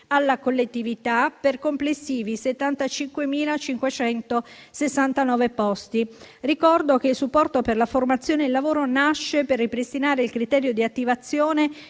collettività, per complessivi 75.569 posti. Ricordo che il supporto per la formazione e il lavoro nasce per ripristinare il criterio di attivazione e